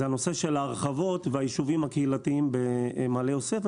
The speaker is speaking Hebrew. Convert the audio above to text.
הנושא של ההרחבות והיישובים הקהילתיים במעלה יוסף,